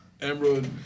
Emerald